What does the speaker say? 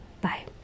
bye